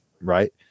right